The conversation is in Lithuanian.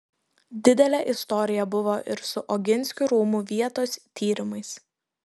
didelė istorija buvo ir su oginskių rūmų vietos tyrimais